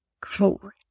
glory